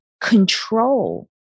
control